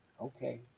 Okay